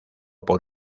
por